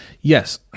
yes